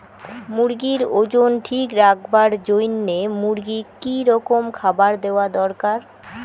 মুরগির ওজন ঠিক রাখবার জইন্যে মূর্গিক কি রকম খাবার দেওয়া দরকার?